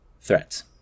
threats